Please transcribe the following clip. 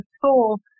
school